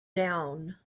down